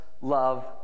love